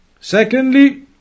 Secondly